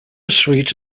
suite